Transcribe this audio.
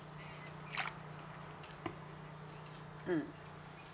mm